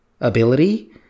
ability